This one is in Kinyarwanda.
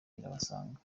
irabasanga